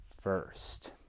first